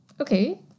Okay